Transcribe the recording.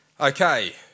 Okay